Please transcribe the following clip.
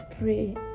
pray